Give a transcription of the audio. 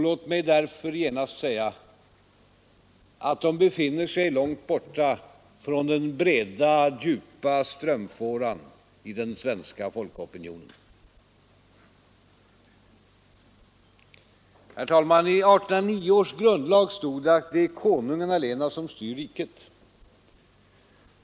Låt mig därför genast säga, att de befinner sig långt borta från den breda, djupa strömfåran i den svenska folkopinionen. I 1809 års grundlag stod det, att det är konungen allena som styr riket.